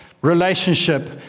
relationship